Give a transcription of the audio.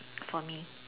for me